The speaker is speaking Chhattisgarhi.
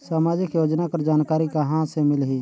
समाजिक योजना कर जानकारी कहाँ से मिलही?